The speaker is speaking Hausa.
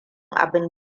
abin